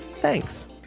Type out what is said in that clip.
thanks